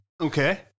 Okay